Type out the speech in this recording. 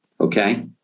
okay